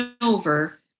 over